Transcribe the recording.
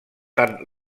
tant